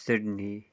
Sydney